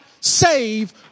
save